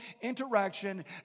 interaction